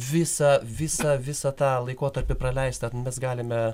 visą visą visą tą laikotarpį praleistą mes galime